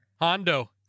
Hondo